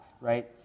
right